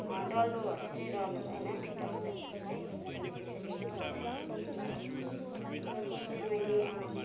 डल्लोहरू चाहिँ रहनु भएन फिटाउँदाखेरि चाहिँ अनि त्यसरी बनाएको थिएँ अनि अरू चाहिँ मैले